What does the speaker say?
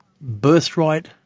birthright